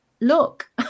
look